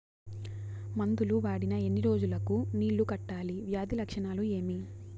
మందులు వాడిన ఎన్ని రోజులు కు నీళ్ళు కట్టాలి, వ్యాధి లక్షణాలు ఏమి?